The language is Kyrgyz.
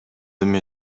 эми